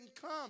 come